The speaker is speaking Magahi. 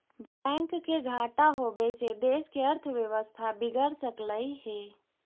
बैंक के घाटा होबे से देश के अर्थव्यवस्था बिगड़ सकलई हे